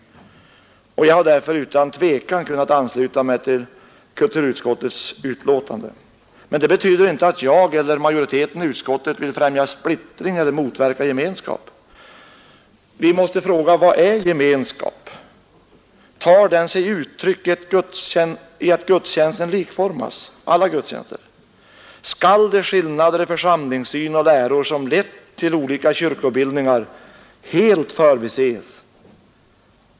Jag har därför utan tvekan kunnat ansluta mig till kulturutskottets hemställan. Detta betyder emellertid inte att jag eller majoriteten i utskottet vill främja splittring eller motverka gemenskap. Vi mäste fråga: Vad är gemenskap? Tar den sig uttryck i att alla gudstjänster likformas? Skall de skillnader i församlingssyn och läror som lett till olika kyrkobildningar helt förbises?